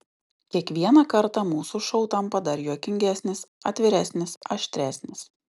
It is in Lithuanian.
kiekvieną kartą mūsų šou tampa dar juokingesnis atviresnis aštresnis